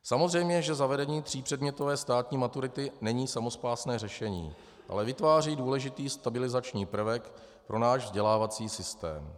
Samozřejmě že zavedení třípředmětové státní maturity není samospásné řešení, ale vytváří důležitý stabilizační prvek pro náš vzdělávací systém.